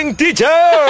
teacher